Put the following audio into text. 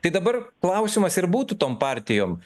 tai dabar klausimas ir būtų tom partijom